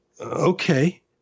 okay